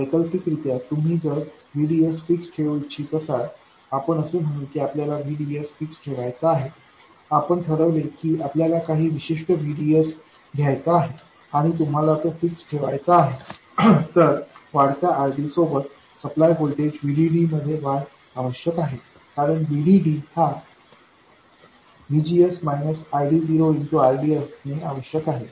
वैकल्पिकरित्या तुम्ही जर VDS फिक्स ठेवू इच्छित असाल आपण असे म्हणू की आपल्याला VDS फिक्स ठेवायचा आहे आपण ठरवले की आपल्याला काही विशिष्ट VDS घ्यायचा आहे आणि तुम्हाला तो फिक्स ठेवायचा आहे तर वाढत्या RD सोबत सप्लाय व्होल्टेज VDD मध्ये वाढ आवश्यक आहे कारण VDD हाVGS ID0RD असणे आवश्यक आहे